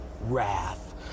Wrath